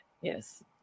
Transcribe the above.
yes